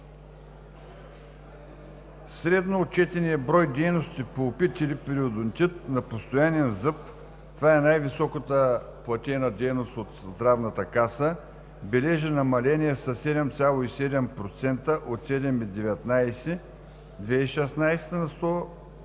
Средно отчетеният брой дейности – пулпит или пародонтит на постоянен зъб, това е най-високо платената дейност от Здравната каса, бележи намаление със 7,7% – от 7,19% за 2016 г.